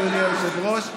אדוני היושב-ראש,